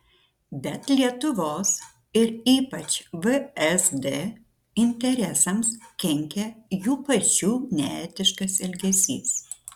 bet lietuvos ir ypač vsd interesams kenkia jų pačių neetiškas elgesys